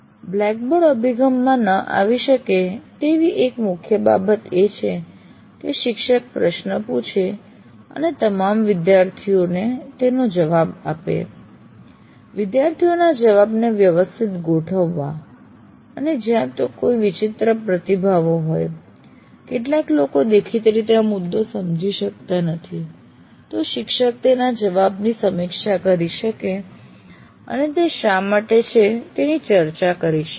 blackboard અભિગમમાં ન આવી શકે તેવી એક મુખ્ય બાબત એ છે કે શિક્ષક પ્રશ્ન પૂછે અને તમામ વિદ્યાર્થીઓને તેનો જવાબ આપે વિદ્યાર્થીઓના જવાબને વ્યવસ્થિત ગોઠવવા અને જો ત્યાં કોઈ વિચિત્ર પ્રતિભાવો હોય કેટલાક લોકો દેખીતી રીતે આ મુદ્દો સમજી શકતા નથી તો શિક્ષક તેના જવાબની સમીક્ષા કરી શકે અને તે શા માટે છે તેની ચર્ચા કરી શકે છે